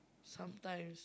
sometimes